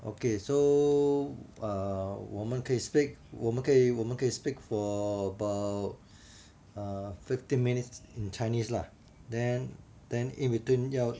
okay so err 我们可以 speak 我们可以我们可以 speak for about err fifteen minutes in chinese lah then then in between 要